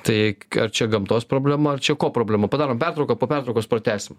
tai ar čia gamtos problema ar čia ko problema padarom pertrauką po pertraukos pratęsim